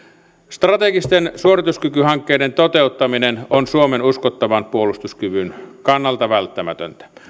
strategisten suorituskykyhankkeiden toteuttaminen on suomen uskottavan puolustuskyvyn kannalta välttämätöntä